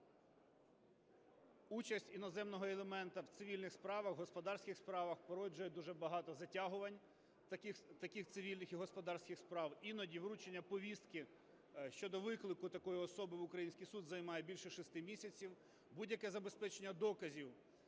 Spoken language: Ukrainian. участь іноземного елементу в цивільних справах, господарських справах породжує дуже багато затягувань таких цивільних і господарських справ. Іноді вручення повістки щодо виклику такої особи в український суд займає більше шести місяців. Будь-яке забезпечення доказів,